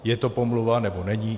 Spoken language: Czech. Je to pomluva, nebo není?